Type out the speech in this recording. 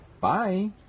Bye